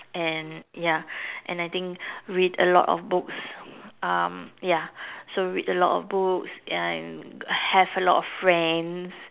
and ya and I think read a lot of books um ya so read a lot of books and have a lot of friends